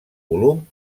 volum